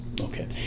Okay